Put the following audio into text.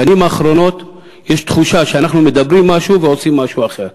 בשנים אחרונות יש תחושה שאנחנו אומרים משהו ועושים משהו אחר.